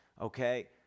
Okay